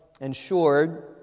ensured